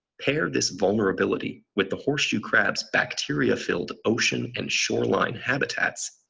pair this vulnerability with the horseshoe crab's bacteria-filled ocean and shoreline habitats,